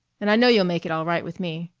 and i know you'll make it all right with me.